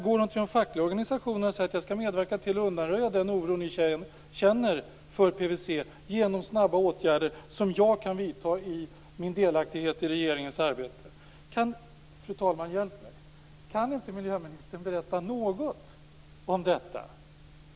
Går hon till de fackliga organisationerna och säger att hon skall medverka till att undanröja den oro de känner för PVC genom snabba åtgärder som hon kan vidta genom sin delaktighet i regeringens arbete? Fru talman! Hjälp mig! Kan inte miljöministern berätta något om detta?